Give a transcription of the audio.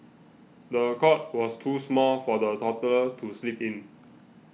the cot was too small for the toddler to sleep in